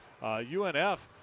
UNF